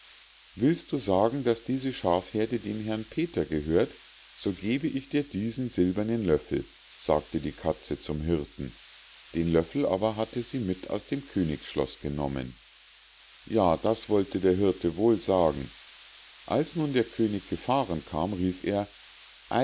willst du sagen daß diese schafheerde dem herrn peter gehört so gebe ich dir diesen silbernen löffel sagte die katze zum hirten den löffel aber hatte sie mit aus dem königsschloß genommen ja das wollte der hirte wohl sagen als nun der könig gefahren kam rief er